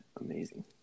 Amazing